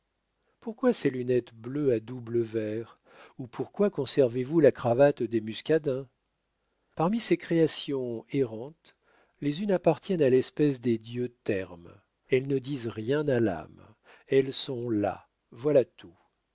pourquoi ces lunettes bleues à doubles verres ou pourquoi conservez vous la cravate des muscadins parmi ces créations errantes les unes appartiennent à l'espèce des dieux termes elles ne disent rien à l'âme elles sont là voilà tout